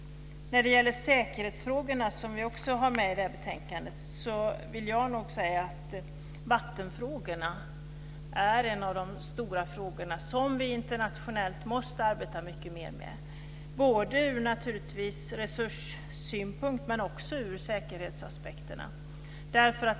Beträffande säkerhetsfrågorna, som vi också har med i betänkandet, vill jag säga att vattenfrågan är en de stora frågor som vi internationellt måste arbeta mycket mer med, både ur resurssynpunkt och också ur säkerhetsaspekterna.